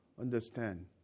understand